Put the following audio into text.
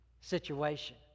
situation